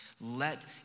Let